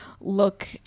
look